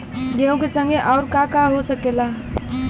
गेहूँ के संगे अउर का का हो सकेला?